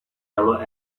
yellow